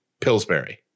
Pillsbury